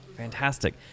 Fantastic